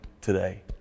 today